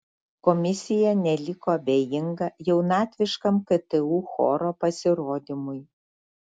komisija neliko abejinga jaunatviškam ktu choro pasirodymui